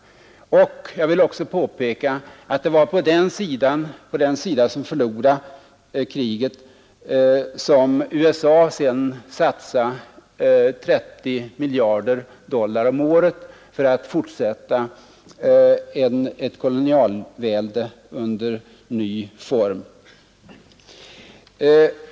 På den sida som då förlorade kriget fortsatte USA att satsa 30 miljarder dollar om året för att vidmakthålla ett kolonialvälde i ny form.